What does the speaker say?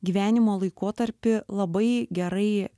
gyvenimo laikotarpį labai gerai